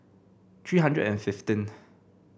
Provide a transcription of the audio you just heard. three hundred and fifteenth